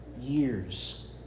years